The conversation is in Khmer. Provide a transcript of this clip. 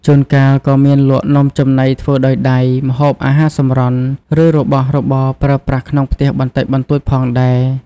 ជួនកាលក៏មានលក់នំចំណីធ្វើដោយដៃ ម្ហូបអាហារសម្រន់ ឬរបស់របរប្រើប្រាស់ក្នុងផ្ទះបន្តិចបន្តួចផងដែរ។